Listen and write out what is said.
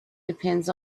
depends